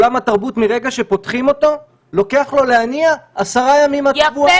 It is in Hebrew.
עולם התרבות מרגע שפותחים אותו לוקח אותו להניע עשרה ימים עד שבועיים.